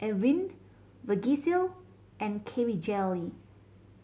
Avene Vagisil and K V Jelly